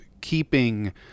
keeping